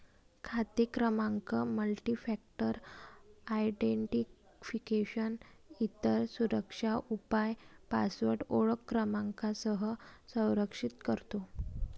खाते क्रमांक multifactor identification, इतर सुरक्षा उपाय पासवर्ड ओळख क्रमांकासह संरक्षित करतो